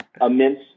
immense